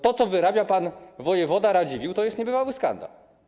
To, co wyrabia pan wojewoda Radziwiłł, to jest niebywały skandal.